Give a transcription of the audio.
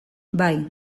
bai